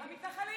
המתנחלים.